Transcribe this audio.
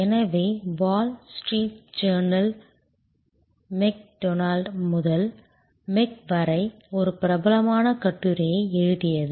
எனவே Wall Street Journal McDonald முதல் Mac வரை ஒரு பிரபலமான கட்டுரையை எழுதியது